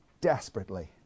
desperately